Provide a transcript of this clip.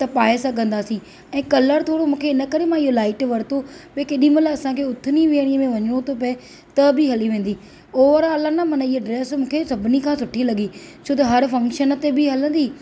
त पाए सघंदासीं ऐं कलर थोरो मूंखे त इन करे मां इहो लाइट वरितो भई केॾी महिल असांखे उथणी वेहणी में वञिणो थो पए त बि हली वेंदी ओवरआल न माना इहाअ ड्रेस मूंखे सभिनी खां सुठी लॻी छो त हर फंक्शन ते बि हलंदी